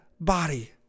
body